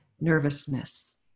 Nervousness